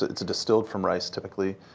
it's distilled from rice typically,